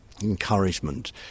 encouragement